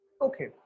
okay